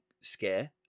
scare